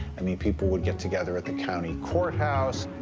i mean, people would get together at the county courthouse,